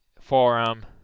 forum